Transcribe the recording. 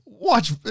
watch